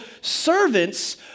servants